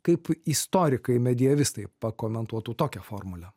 kaip istorikai medievistai pakomentuotų tokią formulę